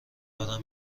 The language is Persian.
دارن